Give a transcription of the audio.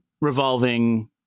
revolving